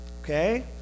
Okay